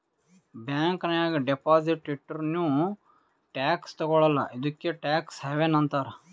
bank ನಾಗ್ deposit ಇಟ್ಟುರ್ನೂ tax ತಗೊಳಲ್ಲ ಇದ್ದುಕೆ ಟ್ಯಾಕ್ಸ್ ಹವೆನ್ ಅಂತಾರ್